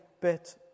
bit